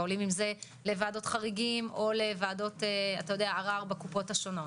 עולים עם זה לוועדות חריגים או לוועדות ערר בקופות השונות.